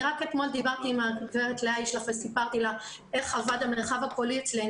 רק אתמול דיברתי עם הגב' לאה ישלח וסיפרתי לה איך עבד המרחב הקולי אצלי,